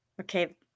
okay